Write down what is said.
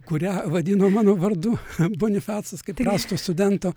kurią vadino mano vardu bonifacas kaip tik prasto studento